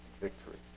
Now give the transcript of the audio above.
victory